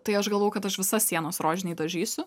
tai aš galvojau kad aš visas sienas rožiniai dažysiu